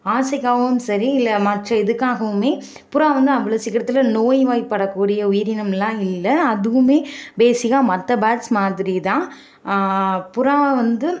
ஆசைக்காகவும் சரி இல்லை மற்ற எதுக்காகவுமே புறா வந்து அவ்வளோ சீக்கிரத்தில் நோய் வாய் படக்கூடிய உயிரனம்லாம் இல்லை அதுவுமே பேஸிக்கா மற்ற பேர்ட்ஸ் மாதிரி தான் புறாவை வந்து